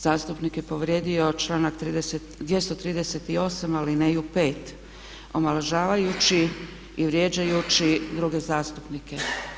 Zastupnik je povrijedio članak 238. alineju 5 omalovažavajući i vrijeđajući druge zastupnike.